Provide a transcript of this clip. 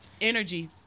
energy